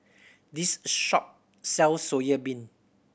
this shop sell soya bean